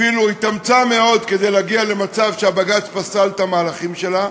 אפילו התאמצה מאוד כדי להגיע למצב שבג"ץ פסל את המהלכים שלה.